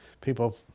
people